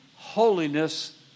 holiness